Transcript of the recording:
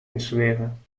installeren